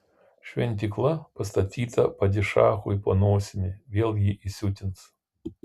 šventykla pastatyta padišachui po nosimi vėl jį įsiutins